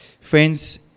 Friends